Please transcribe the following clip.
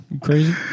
crazy